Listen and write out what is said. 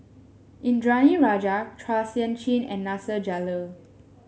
Indranee Rajah Chua Sian Chin and Nasir Jalil